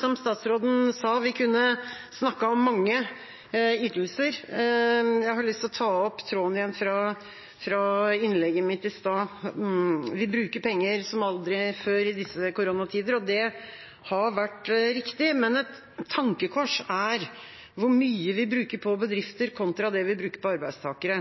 Som statsråden sa: Vi kunne snakket om mange ytelser. Jeg har lyst til å ta opp tråden igjen fra innlegget mitt i stad. Vi bruker penger som aldri før i disse koronatider, og det har vært riktig. Men et tankekors er hvor mye vi bruker på bedrifter kontra det vi bruker på arbeidstakere.